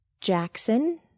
Jackson